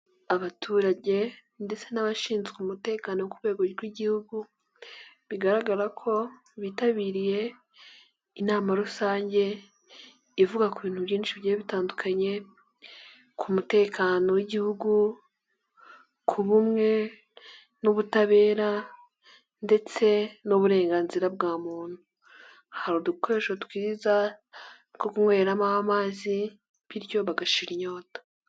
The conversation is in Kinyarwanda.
Abaturage ndetse n'abashinzwe umutekano ku rwego rw'igihugu, bigaragara ko bitabiriye inama rusange ivuga ku bintu byinshi bigiye bitandukanye, ku mutekano w'igihugu, ku bumwe n'ubutabera, ndetse n'uburenganzira bwa muntu. Hari udukoresho twiza two kunyweramo amazi, bityo bagashira inyota.